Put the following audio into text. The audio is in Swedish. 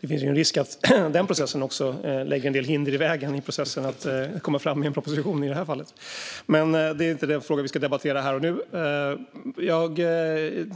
Det finns ju en risk att den processen också lägger en del hinder i vägen för processen att komma fram med en proposition i det här fallet. Men det är inte den frågan vi ska debattera här och nu. Jag